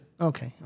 Okay